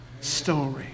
story